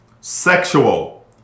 Sexual